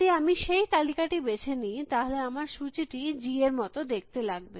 যদি আমি সেই তালিকাটি বেছে নি তাহলে আমার সূচীটি G এর মত দেখতে লাগবে